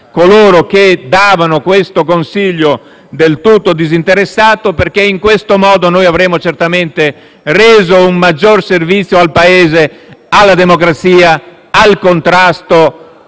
parti davano siffatto consiglio del tutto disinteressato, perché in tal modo avremmo certamente reso un maggior servizio al Paese, alla democrazia, al contrasto